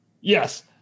Yes